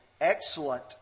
excellent